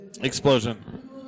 explosion